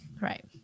Right